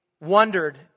wondered